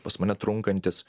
pas mane trunkantis